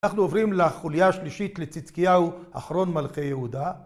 אנחנו עוברים לחוליה השלישית לצדקיהו, אחרון מלכי יהודה.